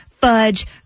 fudge